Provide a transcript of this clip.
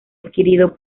adquirido